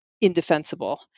indefensible